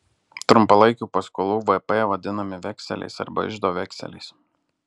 trumpalaikių paskolų vp vadinami vekseliais arba iždo vekseliais